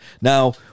Now